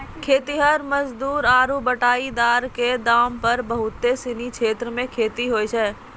खेतिहर मजदूर आरु बटाईदारो क दम पर बहुत सिनी क्षेत्रो मे खेती होय छै